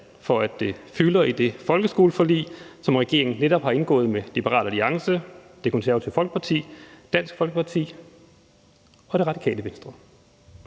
for, at det fylder i det folkeskoleforlig, som regeringen netop har indgået med Liberal Alliance, Det Konservative Folkeparti, Dansk Folkeparti og Radikale Venstre.